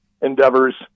endeavors